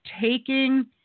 taking